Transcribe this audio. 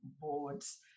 boards